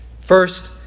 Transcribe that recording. First